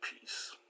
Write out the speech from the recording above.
peace